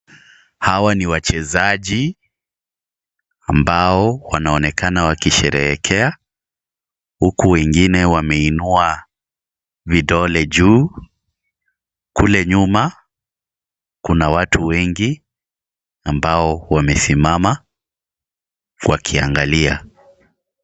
Hawa ni wachezaji ambao wanaonekana wakisherehekea huku wengine wameinua vidole juu. Kule nyuma, kuna watu wengi ambao wamesimama wakiangalia.